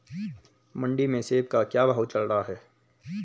मंडी में सेब का क्या भाव चल रहा है?